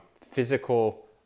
physical